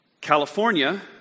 California